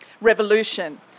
revolution